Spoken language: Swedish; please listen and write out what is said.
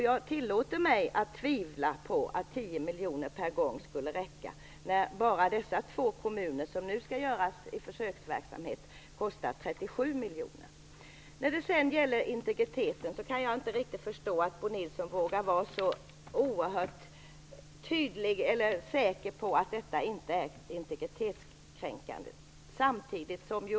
Jag tillåter mig att tvivla på att 10 miljoner kronor per gång skulle räcka, när försöksverksamheten för bara de två kommuner som nu är aktuella kostar 37 miljoner kronor. När det gäller integriteten kan jag inte riktigt förstå att Bo Nilsson vågar vara så tydlig och säker på att detta inte är integritetskränkande.